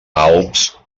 alps